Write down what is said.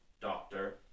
doctor